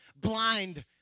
blind